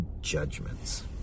judgments